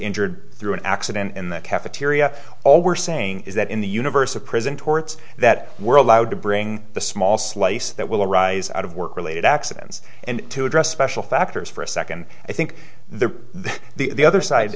injured through an accident in the cafeteria all we're saying is that in the universe of prison torts that we're allowed to bring the small slice that will arise out of work related accidents and to address special factors for a second i think there the other side